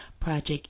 Project